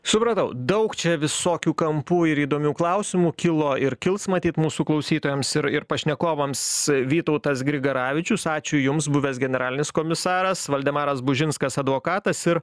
supratau daug čia visokių kampų ir įdomių klausimų kilo ir kils matyt mūsų klausytojams ir ir pašnekovams vytautas grigaravičius ačiū jums buvęs generalinis komisaras valdemaras bužinskas advokatas ir